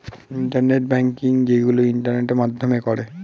internet banking যেইগুলো ইন্টারনেটের মাধ্যমে করে